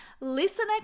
listener